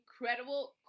incredible